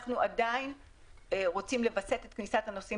אנחנו עדין רוצים לווסת את כניסת הנוסעים